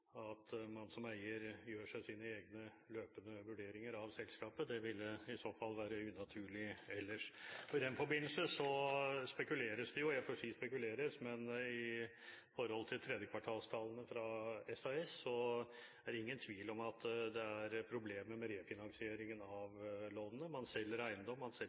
at man som eier gjør seg sine egne løpende vurderinger av selskapet. Det ville i så fall være unaturlig ellers. I den forbindelse spekuleres det jo – jeg får si spekuleres. Men med hensyn til tredjekvartalstallene fra SAS er det ingen tvil om at det er problemer med refinansieringen av lånene. Man selger eiendom, man selger